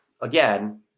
again